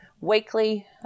weekly